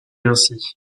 ainsi